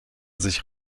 sich